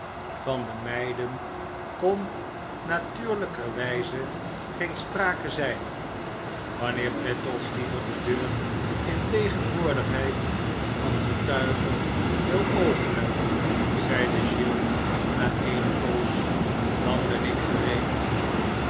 van de meiden kon natuurlijkerwijze geen sprake zijn wanneer brittles liever de deur in tegenwoordigheid van getuigen wil openen zeide giles na eene poos dan ben ik gereed